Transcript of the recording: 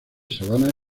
sabana